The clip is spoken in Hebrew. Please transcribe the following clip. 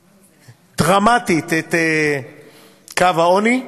דרמטית, את קו העוני,